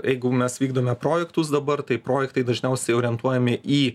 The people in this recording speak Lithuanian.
jeigu mes vykdome projektus dabar tai projektai dažniausiai orientuojami į